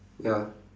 ya